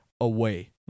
away